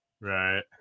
right